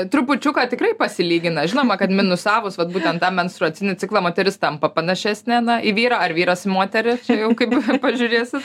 trupučiuką tikrai pasilygina žinoma kad minusavus vat būtent tą menstruacinį ciklą moteris tampa panašesnė į vyrą ar vyras į moterį čia jau kaip pažiūrėsi